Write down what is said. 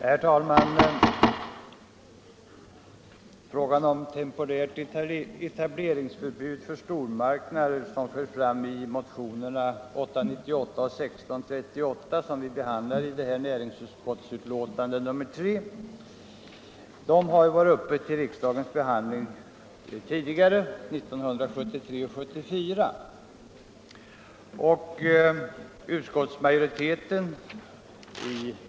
Herr talman! Frågan om temporärt etableringsförbud för stormarknader som förs fram i motionerna 898 och 1638 och som behandlas i det nu aktuella betänkandet nr 3 från näringsutskottet har tidigare — 1973 och 1974 — varit föremål för riksdagens prövning.